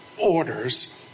orders